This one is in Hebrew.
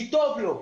כי טוב לו.